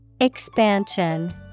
Expansion